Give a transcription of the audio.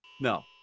No